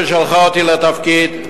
ששלחה אותי לתפקיד,